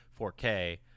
4K